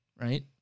Right